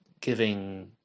giving